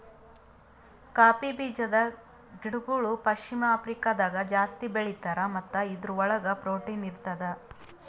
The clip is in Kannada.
ಕೌಪೀ ಬೀಜದ ಗಿಡಗೊಳ್ ಪಶ್ಚಿಮ ಆಫ್ರಿಕಾದಾಗ್ ಜಾಸ್ತಿ ಬೆಳೀತಾರ್ ಮತ್ತ ಇದುರ್ ಒಳಗ್ ಪ್ರೊಟೀನ್ ಇರ್ತದ